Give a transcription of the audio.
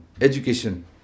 education